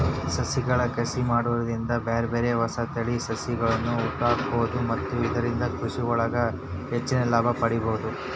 ಸಸಿಗಳ ಕಸಿ ಮಾಡೋದ್ರಿಂದ ಬ್ಯಾರ್ಬ್ಯಾರೇ ಹೊಸ ತಳಿಯ ಸಸಿಗಳ್ಳನ ಹುಟ್ಟಾಕ್ಬೋದು ಮತ್ತ ಇದ್ರಿಂದ ಕೃಷಿಯೊಳಗ ಹೆಚ್ಚಿನ ಲಾಭ ಪಡ್ಕೋಬೋದು